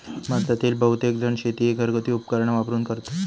भारतातील बहुतेकजण शेती ही घरगुती उपकरणा वापरून करतत